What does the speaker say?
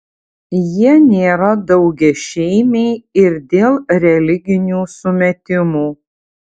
jie nėra daugiašeimiai ir dėl religinių sumetimų